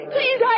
Please